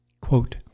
Quote